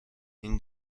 این